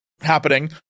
happening